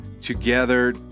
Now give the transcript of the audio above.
together